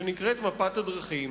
שנקראת מפת הדרכים,